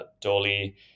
Dolly